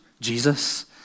Jesus